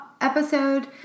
episode